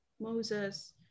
Moses